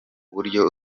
buryo